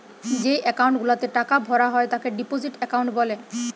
যেই একাউন্ট গুলাতে টাকা ভরা হয় তাকে ডিপোজিট একাউন্ট বলে